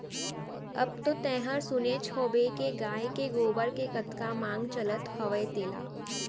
अब तो तैंहर सुनेच होबे के गाय के गोबर के कतका मांग चलत हवय तेला